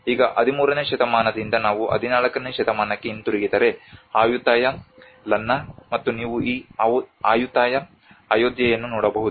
ಆದ್ದರಿಂದ ಈಗ 13 ನೇ ಶತಮಾನದಿಂದ ನಾವು 14 ನೇ ಶತಮಾನಕ್ಕೆ ಹಿಂತಿರುಗಿದರೆ ಅಯುತಾಯ ಲನ್ನಾ ಮತ್ತು ನೀವು ಈ ಅಯುತಾಯ ಅಯೋಧ್ಯೆಯನ್ನು ನೋಡಬಹುದು